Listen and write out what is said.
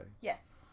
yes